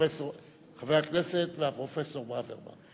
וחבר הכנסת והפרופסור ברוורמן.